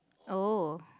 oh